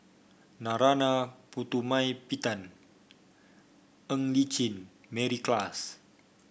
Narana Putumaippittan Ng Li Chin Mary Klass